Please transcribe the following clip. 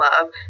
love